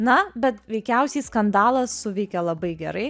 na bet veikiausiai skandalas suveikia labai gerai